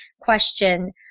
question